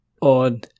on